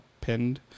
pinned